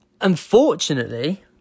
unfortunately